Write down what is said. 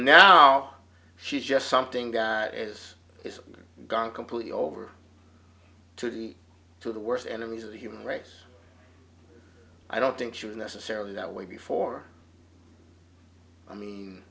now she's just something as is gone completely over to the to the worst enemies of the human race i don't think she was necessarily that way before i mean